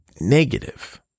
negative